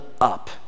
up